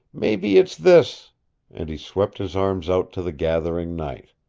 mebby it's this and he swept his arms out to the gathering night.